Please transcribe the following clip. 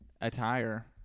attire